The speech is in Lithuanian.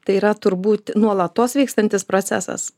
tai yra turbūt nuolatos vykstantis procesas